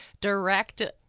direct